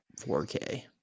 4K